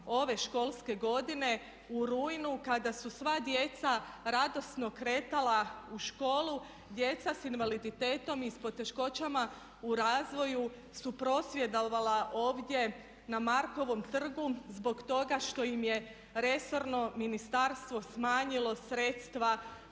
ove školske godine u rujnu kada su sva djeca radosno kretala u školu djeca s invaliditetom i s poteškoćama u razvoju su prosvjedovala ovdje na Markovom trgu zbog toga što im je resorno ministarstvo smanjilo sredstva